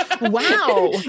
Wow